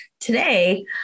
today